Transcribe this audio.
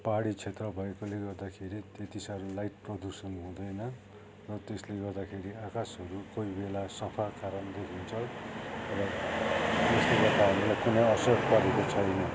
पाहाडी क्षेत्र भएकोले गर्दाखेरि त्यति साह्रो लाइट प्रदूषण हुँदैन र त्यसले गर्दाखेरि आकाशहरू कोही बेला सफा तारा नि देखिन्छ र यसले गर्दा हामीलाई कुनै असर परेको छैन